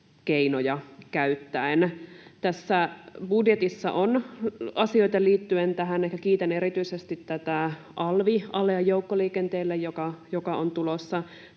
keinoja käyttäen. Tässä budjetissa on asioita liittyen tähän. Ehkä kiitän erityisesti tätä alvialea joukkoliikenteelle, joka on tulossa.